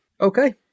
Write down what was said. Okay